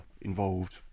involved